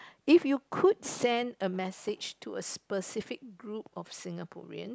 if you could send a message to a specific group of Singaporean